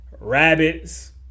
rabbits